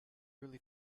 really